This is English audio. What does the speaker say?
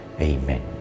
Amen